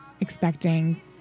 expecting